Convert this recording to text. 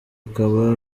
ukaba